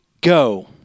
go